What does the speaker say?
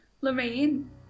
Lorraine